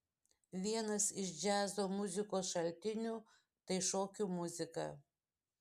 vienas iš džiazo muzikos šaltinių tai šokių muzika